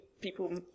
people